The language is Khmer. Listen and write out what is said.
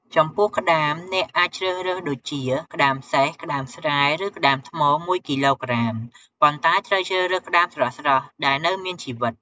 ចំពោះក្ដាម អ្នកអាចជ្រសរើសដូចជា ក្ដាមសេះ ក្ដាមស្រែ ឬ ក្ដាមថ្ម ១ គីឡូក្រាម ប៉ុន្ដែត្រូវជ្រើសរើសក្ដាមស្រស់ៗ ដែលនៅមានជីវិត។